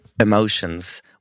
emotions